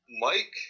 Mike